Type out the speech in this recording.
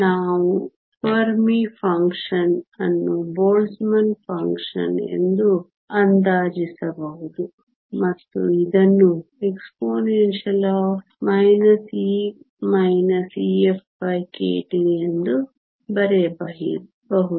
ನಾವು Fermi function ಅನ್ನು Boltzmann function ಎಂದು ಅಂದಾಜಿಸಬಹುದು ಮತ್ತು ಇದನ್ನು exp E EfkT ಎಂದು ಬರೆಯಬಹುದು